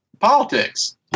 politics